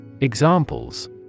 Examples